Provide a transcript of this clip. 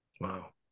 Wow